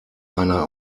einer